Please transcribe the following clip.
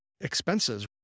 expenses